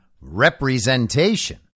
representation